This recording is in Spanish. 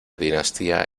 dinastía